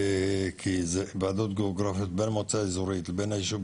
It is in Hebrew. כי אלו ועדות גיאוגרפיות בין מועצה האזורית לבין הישוב,